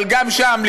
אבל גם שם,